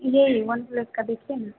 जी OnePlus का देखिए ना